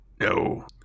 No